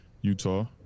Utah